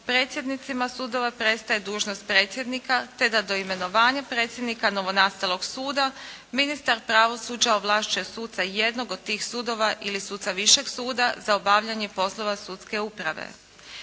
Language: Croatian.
predsjednicima sudova prestaje dužnost predsjednika, te da do imenovanja predsjednika novonastalog suda ministar pravosuđa ovlašćuje suca jednog od tih sudova ili suca višeg suda za obavljanje poslova sudske uprave.